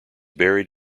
buried